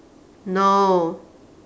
no